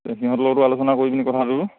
তে সিহঁত লগতো আলোচনা কৰি পিনি কথা পাতোঁ